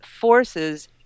forces